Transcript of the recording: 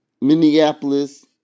Minneapolis